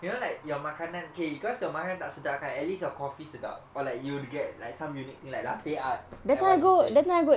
you know like your makanan K cause your makanan tak sedap kan at least your coffee sedap or like you get like some unique like latte art like what you say